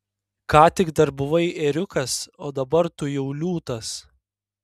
ką tik dar buvai ėriukas o dabar tu jau liūtas